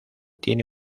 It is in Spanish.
tiene